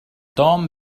توم